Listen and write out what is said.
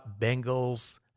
Bengals